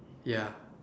ya